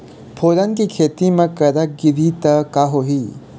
फोरन के खेती म करा गिरही त का होही?